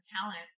talent